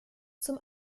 zum